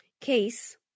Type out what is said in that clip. case